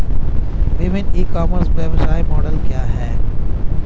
विभिन्न e commerce व्यवसाय model क्या हैं?